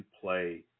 play